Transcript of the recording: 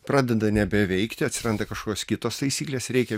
pradeda nebeveikti atsiranda kažkokios kitos taisyklės reikia